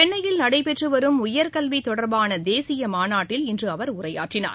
சென்னையில் நடைபெற்று வரும் உயர்கல்வி தொடர்பான தேசிய மாநாட்டில் இன்று அவர் உரையாற்றினார்